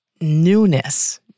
newness